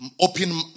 open